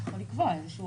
אפשר לקבוע איזה שהוא רף.